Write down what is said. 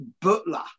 butler